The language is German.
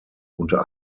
unter